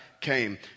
came